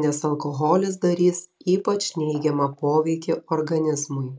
nes alkoholis darys ypač neigiamą poveikį organizmui